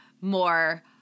more